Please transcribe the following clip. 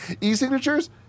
E-signatures